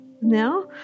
now